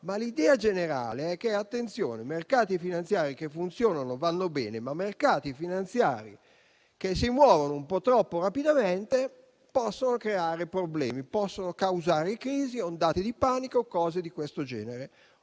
ma l'idea generale è la seguente: attenzione, perché i mercati finanziari che funzionano vanno bene, ma mercati finanziari che si muovono un po' troppo rapidamente possono creare problemi e causare crisi, ondate di panico e cose di questo genere.